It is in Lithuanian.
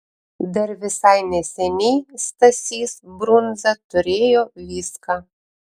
dar visai neseniai stasys brundza turėjo viską